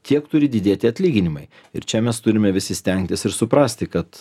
tiek turi didėti atlyginimai ir čia mes turime visi stengtis ir suprasti kad